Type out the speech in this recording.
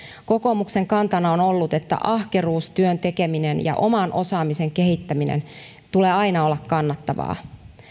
kokoomuksen kantana on ollut että ahkeruuden työn tekemisen ja oman osaamisen kehittämisen tulee aina olla kannattavaa